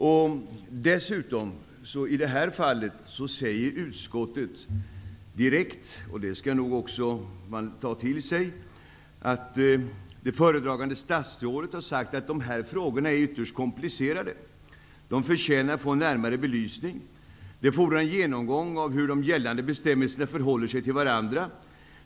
I det här fallet säger också utskottet direkt -- och det skall man nog ta till sig -- att det föredragande statsrådet har sagt att dessa frågor är ytterst komplicerade och de förtjänar att få en närmare belysning. Det fordrar en genomgång av hur de gällande bestämmelserna förhåller sig till varandra.